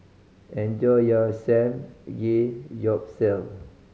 enjoy your Samgeyopsal